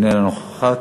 איננה נוכחת,